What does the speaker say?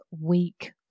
week